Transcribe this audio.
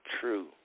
true